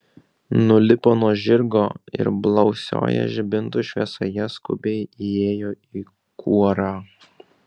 nulipo nuo žirgo ir blausioje žibintų šviesoje skubiai įėjo į kuorą